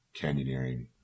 canyoneering